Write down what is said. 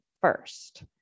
first